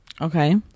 Okay